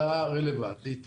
לבדוק